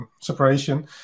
separation